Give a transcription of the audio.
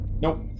Nope